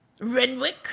Renwick